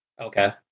okay